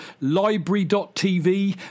Library.TV